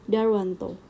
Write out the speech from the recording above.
Darwanto